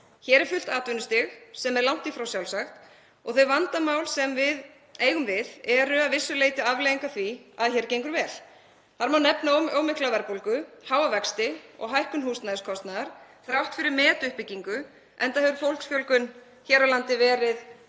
Hér er fullt atvinnustig sem er langt í frá sjálfsagt og þau vandamál sem við eigum við eru að vissu leyti afleiðing af því að hér gengur vel. Þar má nefna of mikla verðbólgu, háa vexti og hækkun húsnæðiskostnaðar þrátt fyrir metuppbyggingu, enda hefur fólksfjölgun hér á landi verið